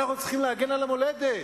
אנחנו צריכים להגן על המולדת,